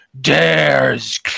dares